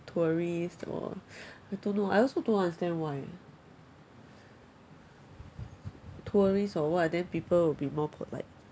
tourist or I don't know I also don't understand why tourist or what then people will be more polite